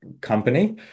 company